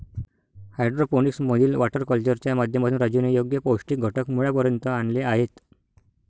hydroponics मधील water कल्चरच्या माध्यमातून राजूने योग्य पौष्टिक घटक मुळापर्यंत आणले आहेत